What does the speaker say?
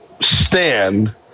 stand